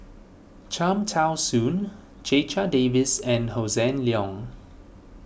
Cham Tao Soon Checha Davies and Hossan Leong